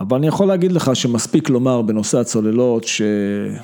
אבל אני יכול להגיד לך שמספיק לומר בנושא הצוללות ש...